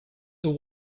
they